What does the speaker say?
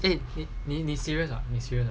eh eh 你 serious ah 你 serious ah